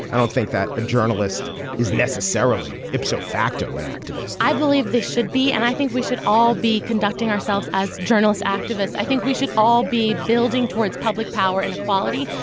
i don't think that a journalist is necessarily ipso facto an activist i believe they should be and i think we should all be conducting ourselves as journalist activists. i think we should all be building towards public power and equality.